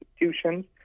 institutions